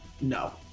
No